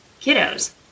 kiddos